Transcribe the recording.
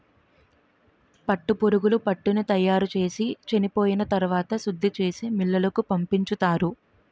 పట్టుపురుగులు పట్టుని తయారుచేసి చెనిపోయిన తరవాత శుద్ధిచేసి మిల్లులకు పంపించుతారు